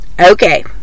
okay